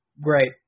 Great